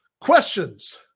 Questions